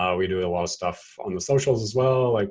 um we do a lot of stuff on the socials as well, like